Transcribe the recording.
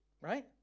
Right